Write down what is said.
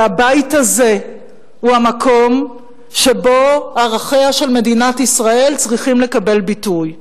והבית הזה הוא המקום שבו ערכיה של מדינת ישראל צריכים לקבל ביטוי.